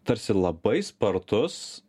tarsi labai spartus